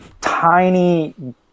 tiny